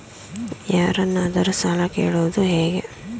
ಯಾರನ್ನಾದರೂ ಸಾಲ ಕೇಳುವುದು ಹೇಗೆ?